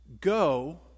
Go